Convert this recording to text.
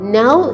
now